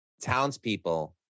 townspeople